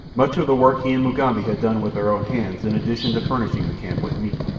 much of the work he and mugambi had done with their own hands in addition to furnishing the camp with meat.